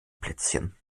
plätzchen